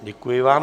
Děkuji vám.